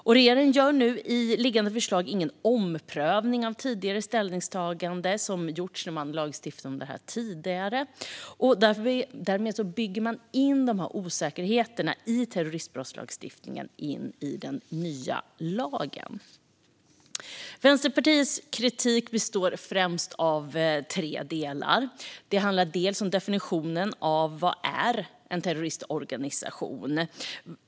Regeringen gör i det nu liggande förslaget ingen omprövning av tidigare ställningstaganden som gjorts i samband med tidigare lagregleringar. Därmed bygger man in de befintliga osäkerheterna i terroristbrottslagstiftningen i den nya lagen. Vänsterpartiets kritik består främst av tre delar. En del handlar om definitionen av en terrororganisation.